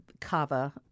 cava